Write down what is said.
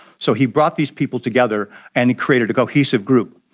so he brought these people together and created a cohesive group.